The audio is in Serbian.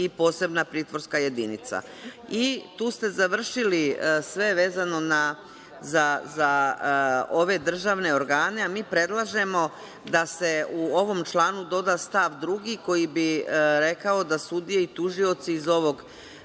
i posebna pritvorska jedinica. Tu ste završili sve vezano za ove državne organe, a mi predlažemo da se u ovom članu doda stav 2, koji bi rekao da sudije i tužioci iz ovog